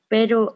Pero